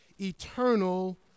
eternal